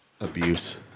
Abuse